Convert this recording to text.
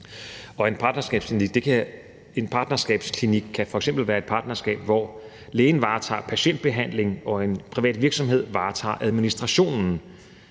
en partnerskabsklinik kan f.eks. være et partnerskab, hvor lægen varetager patientbehandling og en privat virksomhed varetager administrationen.